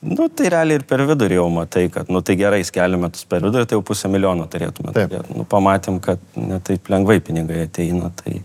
nu tai realiai ir per vidurį jau matai kad nu tai gerai skeliam metus per vidurį tai jau pusę milijono turėtume turėt pamatėm kad ne taip lengvai pinigai ateina tai